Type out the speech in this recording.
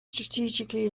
strategically